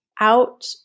out